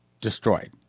destroyed